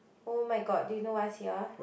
[oh]-my-god do you know what is here